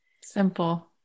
Simple